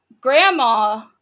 Grandma